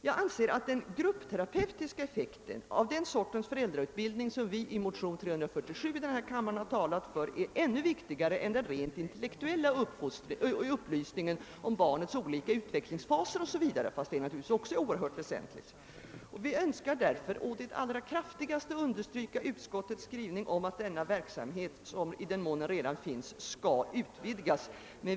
Jag anser att den gruppterapeutiska effekten av den sorts föräldrautbildning som vi i motionerna har talat för, är ännu viktigare än den rent intellektuella upplysningen om barnens olika utvecklingsfaser, även om den också är oerhört väsentlig. Vi önskar därför å det kraftigaste understryka utskottets skrivning att den verksamhet som redan finns bör utvidgas.